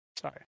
sorry